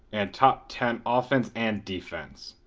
and top ten offense and defense.